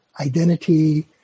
identity